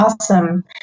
Awesome